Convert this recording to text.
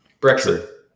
Brexit